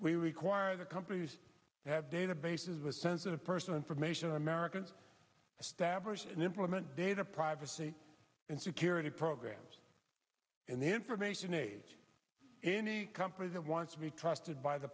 we require that companies have databases with sensitive person information americans stabbers and implement data privacy and security programs in the information age any company that wants to be trusted by the